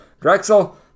Drexel